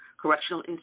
Correctional